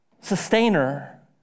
sustainer